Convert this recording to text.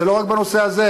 זה לא רק בנושא הזה,